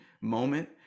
moment